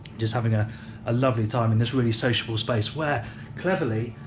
just having a ah lovely time in this really sociable space where cleverly,